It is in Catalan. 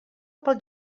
pel